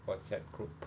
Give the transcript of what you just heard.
WhatsApp group